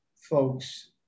folks